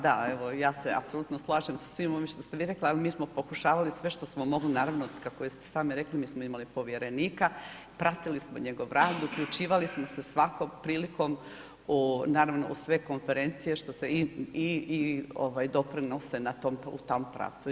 Da evo ja se apsolutno slažem sa svim ovim što ste vi rekli, ali mi smo pokušavali sve što smo mogli, naravno kako ste sami rekli mi smo imali povjerenika, pratili smo njegov rad, uključivali smo se svakom prilikom o naravno o sve konferencije što se i ovaj doprinose na tom pravcu.